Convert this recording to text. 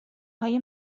های